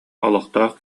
олохтоох